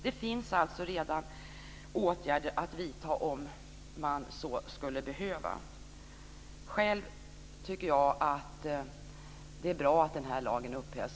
Det finns alltså redan åtgärder att vidta om man så skulle behöva. Själv tycker jag att det är bra att denna lag upphävs.